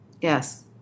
Yes